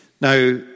Now